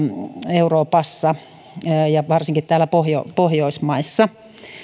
euroopassa ja varsinkin täällä pohjoismaissa